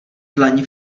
dlani